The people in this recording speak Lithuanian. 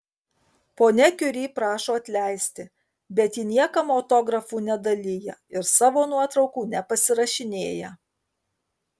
ponia kiuri prašo atleisti bet ji niekam autografų nedalija ir savo nuotraukų nepasirašinėja